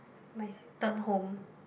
my third home